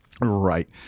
Right